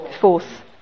Fourth